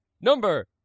number